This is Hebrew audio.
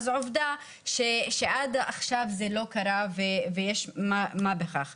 אז עובדה, שעד עכשיו זה לא קרה ויש מה בכך.